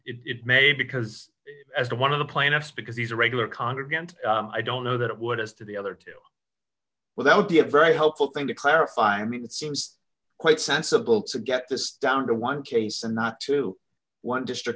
think it may because as a one of the plaintiffs because these are regular congregants i don't know that it would as to the other two well that would be a very helpful thing to clarify i mean it seems quite sensible to get this down to one case and not to one district